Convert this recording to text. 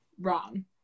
wrong